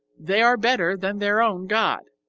they are better than their own god.